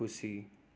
खुसी